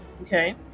okay